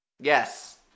Yes